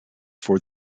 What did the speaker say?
for